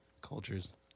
cultures